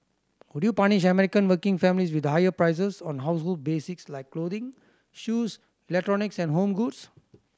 would you punish American working families with higher prices on household basics like clothing shoes electronics and home goods